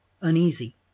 uneasy